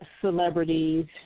celebrities